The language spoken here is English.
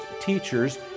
teachers